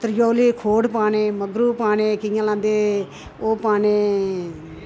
त्रिचौली च खोड़ पाने मग्गरू पाने केह् गलांदे ओह् पाने